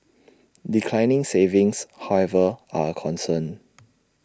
declining savings however are A concern